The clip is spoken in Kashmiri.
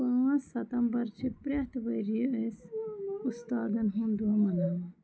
پانٛژھ ستمبر چھِ پرٛٮ۪تھ ؤریہِ أسۍ اُستادَن ہُںٛد دۄہ مَناوان